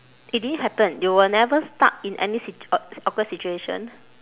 it didn't happen you were never stuck in any sit~ awk~ awkward situation